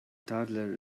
toddler